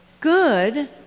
good